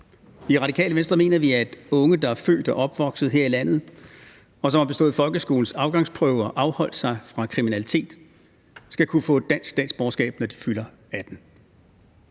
I Radikale Venstre mener vi, at unge, der er født og opvokset her i landet, og som har bestået folkeskolens afgangsprøve og har afholdt sig fra kriminalitet, skal kunne få et dansk statsborgerskab, når de fylder 18